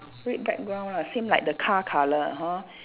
red background lah same like the car colour hor